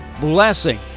blessing